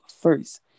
first